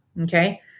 okay